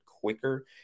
quicker